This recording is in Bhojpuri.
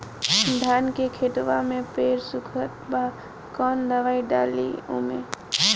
धान के खेतवा मे पेड़ सुखत बा कवन दवाई डाली ओमे?